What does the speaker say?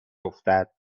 افتد